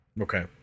Okay